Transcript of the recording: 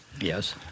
Yes